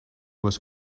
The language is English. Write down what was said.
was